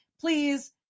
Please